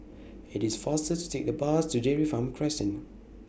IT IS faster to Take The Bus to Dairy Farm Crescent